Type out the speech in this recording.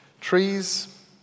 Trees